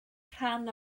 rhan